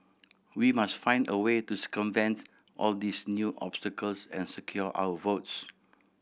we must find a way to circumvent all these new obstacles and secure our votes